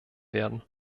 werden